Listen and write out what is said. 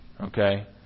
okay